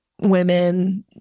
women